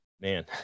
man